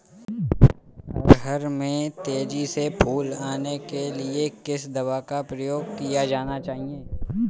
अरहर में तेजी से फूल आने के लिए किस दवा का प्रयोग किया जाना चाहिए?